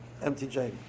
MTJ